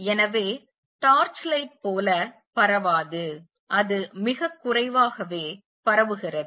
எனவே torch light போல பரவாது அது மிகக் குறைவாகவே பரவுகிறது